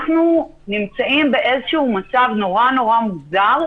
אנחנו נמצאים במצב נורא מוזר,